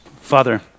Father